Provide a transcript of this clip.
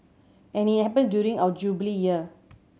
and it happens during our Jubilee Year